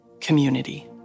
community